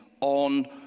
on